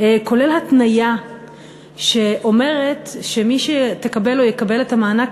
כולל התניה שאומרת שמי שתקבל או יקבל את המענק